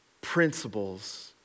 principles